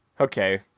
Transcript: okay